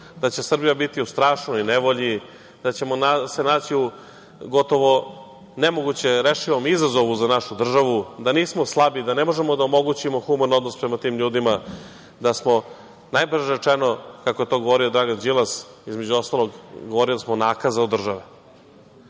da će Srbija biti u strašnoj nevolji, da ćemo se naći u gotovo nemoguće rešivom izazovu za našu državu, da smo slabi, da ne možemo da omogućimo human odnos prema tim ljudima, da smo, najblaže rečeno, kako je to govorio Dragan Đilas, nakaza od države. Pokazali smo da je zapravo